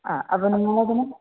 ആ അപ്പം